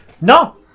No